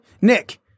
Nick